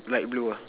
light blue ah